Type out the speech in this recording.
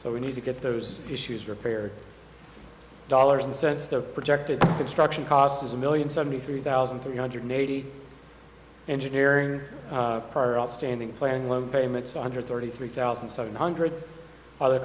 so we need to get those issues your payer dollars and cents their projected construction cost is a million seventy three thousand three hundred eighty engineering prior outstanding planning loan payments under thirty three thousand seven hundred other